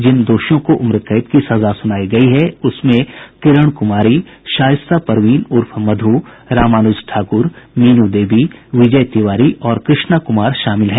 जिन दोषियों को उम्रकैद की सजा सुनायी गयी है उसमें किरण कुमारी शाइस्ता परवीन उर्फ मधु रामानुज ठाकुर मीनू देवी विजय तिवारी और कृष्णा कुमार शामिल हैं